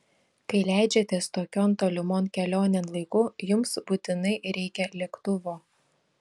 kai leidžiatės tokion tolimon kelionėn laiku jums būtinai reikia lėktuvo